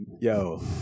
yo